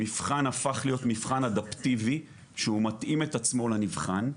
המבחן הפך להיות מבחן אדפטיבי שהוא מתאים את עצמו לנבחן,